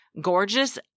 gorgeous